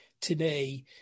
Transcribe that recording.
today